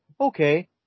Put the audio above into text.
Okay